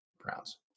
Browns